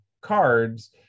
cards